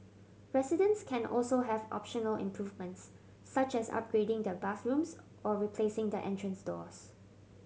residents can also have optional improvements such as upgrading their bathrooms or replacing their entrance doors